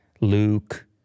Luke